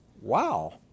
wow